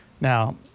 Now